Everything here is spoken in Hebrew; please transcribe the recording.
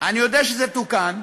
אני יודע שזה תוקן.